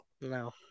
No